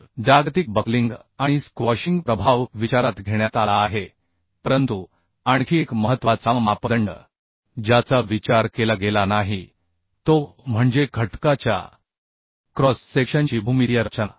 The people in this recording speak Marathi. तर जागतिक बक्लिंग आणि स्क्वॉशिंग प्रभाव विचारात घेण्यात आला आहे परंतु आणखी एक महत्त्वाचा मापदंड ज्याचा विचार केला गेला नाही तो म्हणजे घटकाच्या क्रॉस सेक्शनची भूमितीय रचना